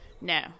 No